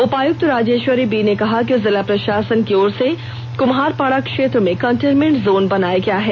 उपायुक्त राजेश्वरी बी ने कहा कि जिला प्रशासन की ओर से कुम्हारपाडा क्षेत्र में कंटेनमेंट जोन बनाया गया है